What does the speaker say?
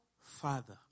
father